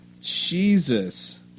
Jesus